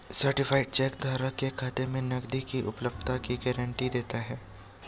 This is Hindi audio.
सर्टीफाइड चेक धारक के खाते में नकदी की उपलब्धता की गारंटी देता है